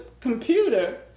computer